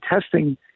testing